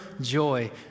joy